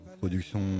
production